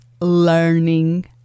learning